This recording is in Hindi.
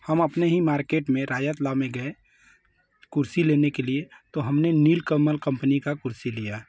हम अपने ही मार्केट में रायर तला में गए कुर्सी लेने के लिए तो हमने नीलकमल कंपनी का कुर्सी लिया